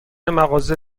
مغازه